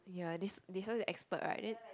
ya they they s~ they sound damn expert right then